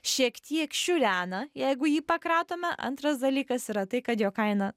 šiek tiek šiurena jeigu jį pakratome antras dalykas yra tai kad jo kaina